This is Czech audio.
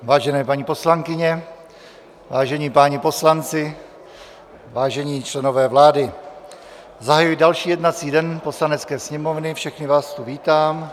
Vážené paní poslankyně, vážení páni poslanci, vážení členové vlády, zahajuji další jednací den Poslanecké sněmovny, všechny vás tu vítám.